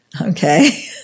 Okay